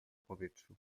powietrzu